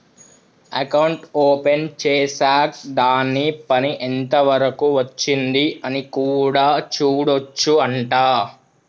account open చేశాక్ దాని పని ఎంత వరకు వచ్చింది అని కూడా చూడొచ్చు అంట